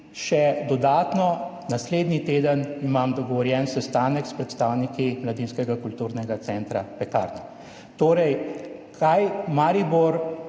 še dodatno, naslednji teden imam dogovorjen sestanek s predstavniki kulturnega centra Pekarna. Torej, kako Maribor,